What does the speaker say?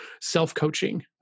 self-coaching